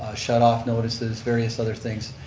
shut off notices, various other things,